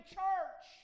church